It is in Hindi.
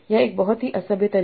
यह एक बहुत ही असभ्य तरीका है